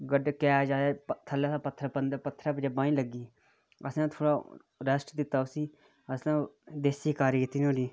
catch आया थल्लै हा पत्थर ते बांह् गी लग्गी असें थोह्ड़ा रैस्ट दिता उसी असें देसी कारी कीती ओह्दी